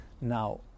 Now